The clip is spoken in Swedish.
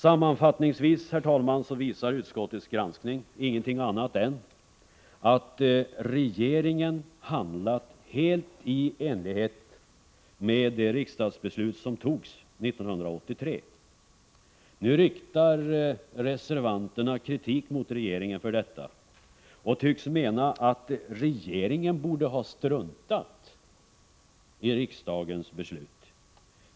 Sammanfattningsvis visar utskottets granskning ingenting annat än att regeringen handlat helt i enlighet med det riksdagsbeslut som togs 1983. Nu riktar reservanterna kritik mot regeringen för detta och tycks mena att regeringen borde ha struntat i riksdagens beslut.